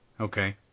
Okay